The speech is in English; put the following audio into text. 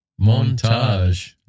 montage